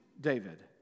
David